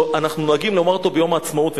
אנחנו נוהגים לומר אותו ביום העצמאות,